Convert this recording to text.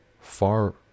far